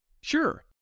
Sure